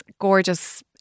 gorgeous